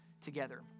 together